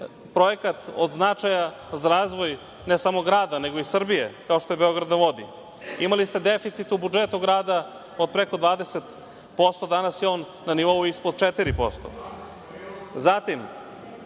projekat od značaja za razvoj, ne samo grada, nego i Srbije, kao što je „Beograd na vodi“. Imali ste deficit u budžetu grada od preko 20%, danas je on na nivou ispod 4%. Zatim,